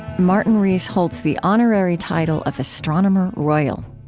martin rees holds the honorary title of astronomer royal.